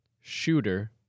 Shooter